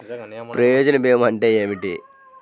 ప్రయోజన భీమా అంటే ఏమిటి?